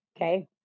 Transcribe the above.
Okay